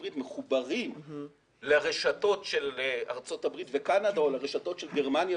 הברית מחוברים לרשתות שלארצות הברית וקנדה או לרשתות של גרמניה,